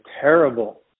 terrible